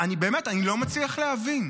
אני לא מצליח להבין.